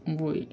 वो ही